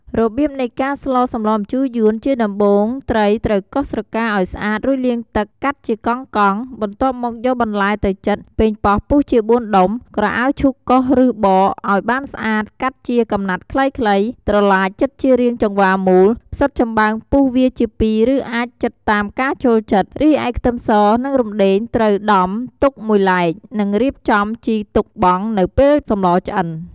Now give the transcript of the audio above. រប្រៀបនៃការស្លសម្លម្ជូរយួន ជាដំបូងត្រីត្រូវកោសស្រកាឱ្យស្អាតរួចលាងទឹកកាត់ជាកង់ៗ បន្ទាប់មកយកបន្លែទៅចិត ប៉េងប៉ោះពុះជាបួនដុំ ក្រអៅឈូកកោតឬបកឱ្យបានស្អាតកាត់ជាកំណាត់ខ្លីៗ ត្រឡាចចិតជារាងចង្វាមូល ផ្សីតចំបើងពុះវាជាពីរឬអាចចិតតាមការចូលចិត្ត រីឯខ្ទឹមសនិងរំដេងត្រូវដំទុកមួយឡែក និងរៀបចំជីទុកបង់នៅពេលសម្លឆ្អិន។